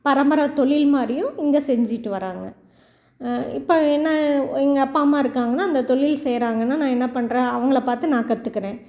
பரம்பரை தொழில் மாதிரியும் இங்கே செஞ்சுட்டு வராங்க இப்போ என்ன எங்கள் அப்பா அம்மா இருக்காங்கன்னால் அந்த தொழில் செய்கிறாங்கன்னா நான் என்ன பண்ணுறேன் அவங்கள பார்த்து நான் கற்றுக்கறேன்